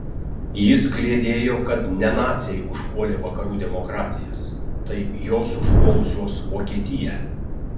jis kliedėjo kad ne naciai užpuolė vakarų demokratijas tai jos užpuolusios vokietiją